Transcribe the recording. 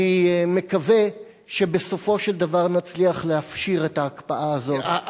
אני מקווה שבסופו של דבר נצליח להפשיר את ההקפאה הזאת ולהעביר אותה.